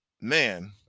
man